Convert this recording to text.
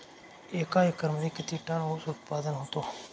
एका एकरमध्ये किती टन ऊस उत्पादन होतो?